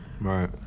Right